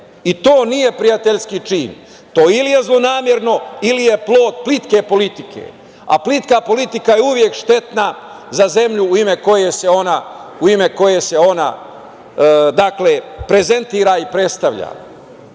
i to nije prijateljski čin. To ili je zlonamerno ili je plod plitke politike, a plitka politika je uvek štetna za zemlju u ime koje se ona prezentira i predstavlja. Zato,